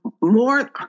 More